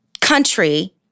country